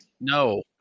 No